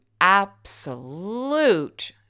absolute